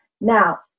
Now